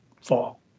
fall